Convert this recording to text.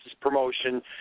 promotion